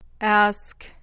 Ask